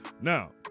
Now